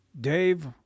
dave